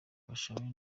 bashabe